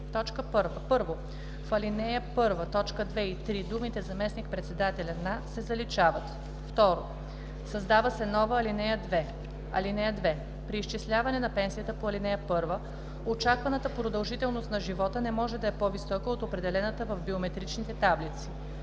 ал. 1 в т. 2 и 3 думите „заместник-председателя на“ се заличават. 2. Създава се нова ал. 2: „(2) При изчисляване на пенсията по ал. 1 очакваната продължителност на живота не може да е по-висока от определената в биометричните таблици.”